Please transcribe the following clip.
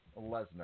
Lesnar